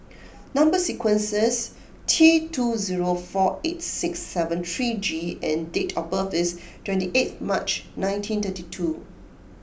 number sequence is T two zero four eight six seven three G and date of birth is twenty eighth March nineteen thirty two